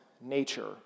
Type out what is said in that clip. nature